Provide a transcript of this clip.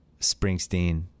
Springsteen